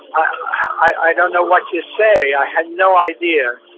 i don't know what to say. i had no idea.